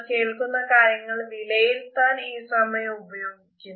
അവർ കേൾക്കുന്ന കാര്യങ്ങൾ വിലയിരുത്താൻ ഈ സമയം ഉപയോഗിക്കുന്നു